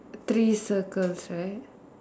three circles right